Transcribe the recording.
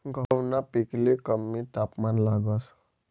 गहूना पिकले कमी तापमान लागस